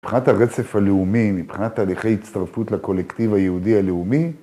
מבחינת הרצף הלאומי, מבחינת הלכי הצטרפות לקולקטיב היהודי הלאומי